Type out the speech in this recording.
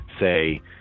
say